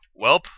welp